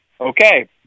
Okay